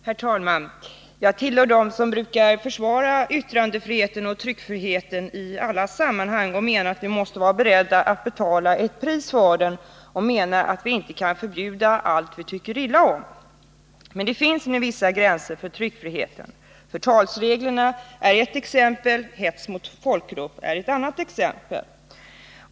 Herr talman! Jag tillhör dem som brukar försvara yttrandefriheten och tryckfriheten i alla sammanhang och som menar att vi måste vara beredda att betala ett pris för den och inte förbjuda allt som vi tycker illa om. Men det finns vissa gränser för tryckfriheten. Förtalsreglerna är ett exempel, förbudet mot hets mot folkgrupp är ett annat.